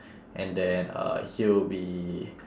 and then uh he'll be